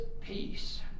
Peace